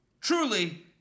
Truly